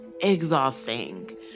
exhausting